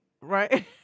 Right